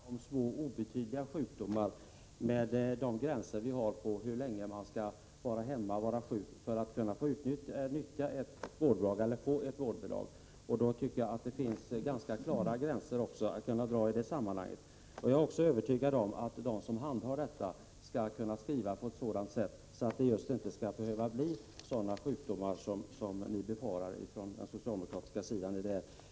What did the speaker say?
Herr talman! Jag vill bara säga att det inte kan handla om så obetydliga sjukdomar, med de gränser vi har för hur länge man skall vara sjuk för att kunna få ett vårdbidrag. Då tycker jag att det måste gå att dra ganska klara gränser också vad beträffar det fjärdedels vårdbidraget. Jag är övertygad om att de som handhar detta skall kunna skriva på ett sådant sätt att vårdbidrag inte kommer i fråga för sådana sjukdomar som ni befarar från den socialdemokratiska sidan.